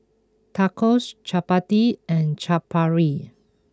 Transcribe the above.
Tacos Chapati and Chaat Papri